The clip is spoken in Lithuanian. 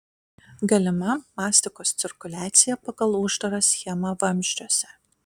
galima mastikos cirkuliacija pagal uždarą schemą vamzdžiuose